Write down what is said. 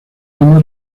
arma